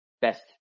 best